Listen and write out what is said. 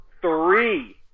three